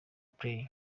play